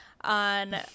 on